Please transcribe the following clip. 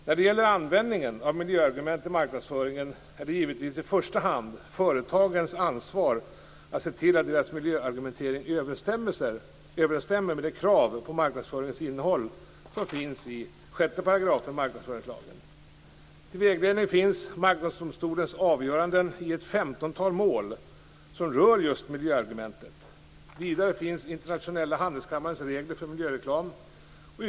När det gäller användningen av miljöargument i marknadsföringen är det givetvis i första hand företagens ansvar att se till att deras miljöargumentering överensstämmer med de krav på marknadsföringens innehåll som finns i 6 § marknadsföringslagen. Till vägledning finns Marknadsdomstolens avgöranden i ett femtontal mål som rör just miljöargument. Vidare finns Internationella Handelskammarens regler för miljöreklam.